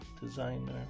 designer